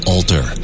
Alter